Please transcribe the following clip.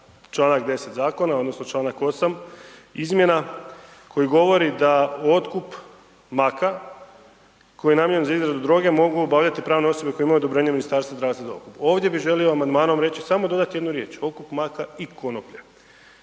čl. 10. zakona, odnosno, čl. 8. izmjena, koji govori, da otkup maka, koji je namijenjen za izradu droge, mogu obavljati pravne osobe, koje imaju odobrenje Ministarstva …/Govornik se ne razumije./… Ovdje bi želio amandmanom reći, samo dodati jednu riječ, okup maka i konoplja